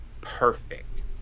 Perfect